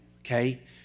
okay